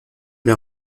les